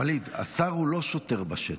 ווליד, השר הוא לא שוטר בשטח.